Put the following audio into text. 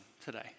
today